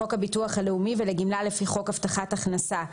לחוק הביטוח הלאומי ולגמלה לפי חוק הבטחת הכנסה,